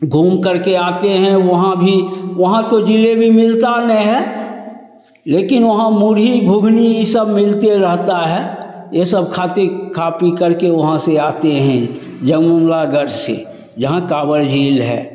घूम करके आते हैं वहाँ भी वहाँ तो जलेबी मिलता नहीं है लेकिन वहाँ मूढ़ही घूघनी यह सब मिलते रहता है यह सब खाते खा पी करके वहाँ से आते हैं गढ़ से जहाँ कांवर झील है